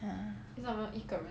ya